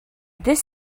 this